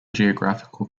geographical